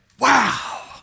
Wow